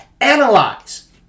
analyze